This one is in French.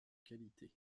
qualité